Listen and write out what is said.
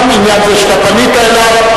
גם עניין זה שאתה פנית אליו.